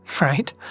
right